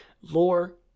Lore